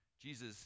Jesus